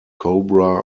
cobra